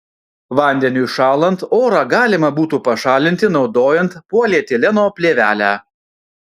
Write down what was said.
vandeniui šąlant orą galima būtų pašalinti naudojant polietileno plėvelę